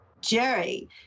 Jerry